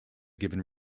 given